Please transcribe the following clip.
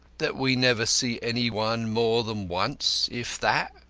that we never see any one more than once, if that?